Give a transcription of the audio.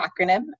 acronym